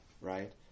right